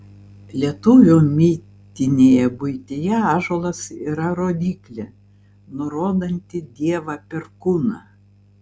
lietuvių mitinėje buityje ąžuolas yra rodyklė nurodanti dievą perkūną